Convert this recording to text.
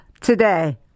today